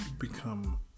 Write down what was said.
become